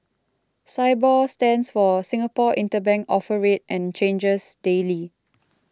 Sibor stands for Singapore Interbank Offer Rate and changes daily